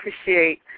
appreciate